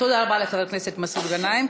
תודה רבה לחבר הכנסת מסעוד גנאים.